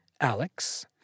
Alex